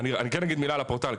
אני כן אגיד מילה על הפורטל.